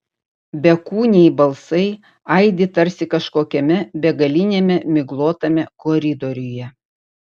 bekūniai balsai aidi tarsi kažkokiame begaliniame miglotame koridoriuje